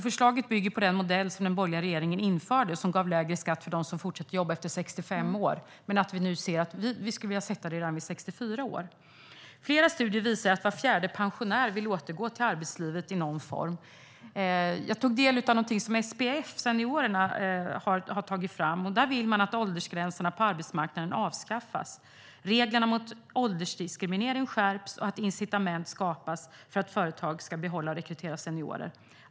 Förslaget bygger på den modell som den borgerliga regeringen införde som gav lägre skatt för dem som fortsätter jobba efter 65 år, men vi ser nu att vi skulle vilja sätta det vid 64 år. Flera studier visar att var fjärde pensionär vill återgå till arbetslivet i någon form. Jag tog del av någonting som SPF Seniorerna har tagit fram. De vill att åldersgränserna på arbetsmarknaden avskaffas, reglerna mot åldersdiskriminering skärps och att incitament skapas för att företag ska behålla och rekrytera seniorer.